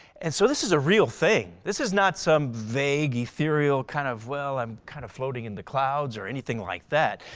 and so this is a real thing. this is not some vague ethereal kind of well i'm kind of floating in the clouds or anything like that.